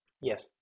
Yes